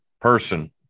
person